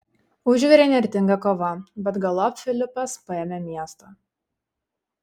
užvirė įnirtinga kova bet galop filipas paėmė miestą